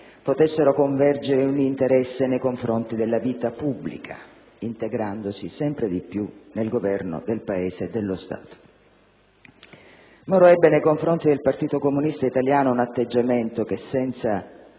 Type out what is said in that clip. potessero convergere in un interesse nei confronti della vita pubblica, integrandosi sempre di più nel governo del Paese e dello Stato. Moro ebbe nei confronti del Partito comunista italiano un atteggiamento che, senza